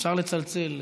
אפשר לצלצל.